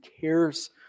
cares